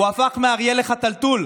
הוא הפך מאריה לחתלתול.